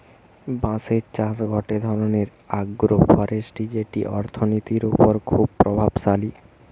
বাঁশের চাষ গটে ধরণের আগ্রোফরেষ্ট্রী যেটি অর্থনীতির ওপর খুবই প্রভাবশালী